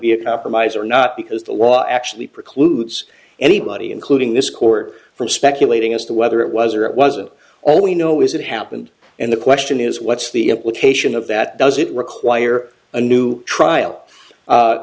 be a compromise or not because the law actually precludes anybody including this court from speculating as to whether it was or it wasn't all we know is it happened and the question what's the implication of that does it require a new trial